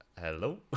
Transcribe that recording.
hello